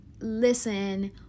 listen